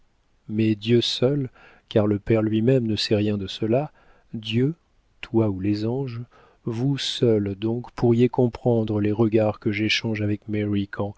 mais dieu seul car le père lui-même ne sait rien de cela dieu toi ou les anges vous seuls donc pourriez comprendre les regards que j'échange avec